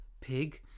Pig